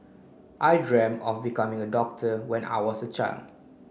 I of becoming a doctor when I was a child